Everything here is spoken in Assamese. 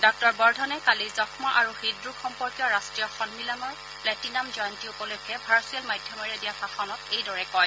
ডাঃ বৰ্ধনে কালি যক্ষ্মা আৰু হৃদৰোগ সম্পৰ্কীয় ৰাষ্টীয় সন্মিলনৰ প্লেটিনাম জয়ন্তী উপলক্ষে ভাৰ্চুৱেল মাধ্যমেৰে দিয়া ভাষণত এইদৰে কয়